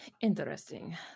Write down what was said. Interesting